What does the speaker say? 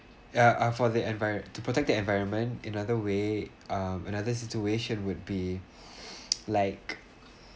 ya uh for the environment to protect the environment in other way uh another situation would be like